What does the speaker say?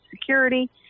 security